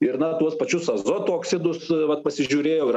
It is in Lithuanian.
ir na tuos pačius azoto oksidus vat pasižiūrėjau ir